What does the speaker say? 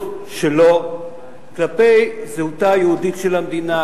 שלו כלפי זהותה היהודית של המדינה,